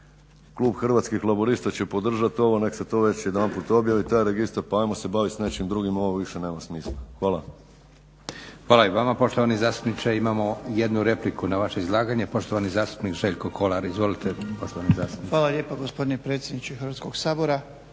Hvala i vama poštovani zastupniče. Imamo jednu repliku na vaše izlaganje, poštovani zastupnik Željko Kolar. Izvolite poštovani zastupniče. **Kolar,